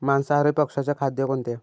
मांसाहारी पक्ष्याचे खाद्य कोणते?